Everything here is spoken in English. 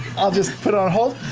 i'll just put it on hold.